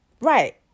Right